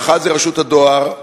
האחד, רשות הדואר,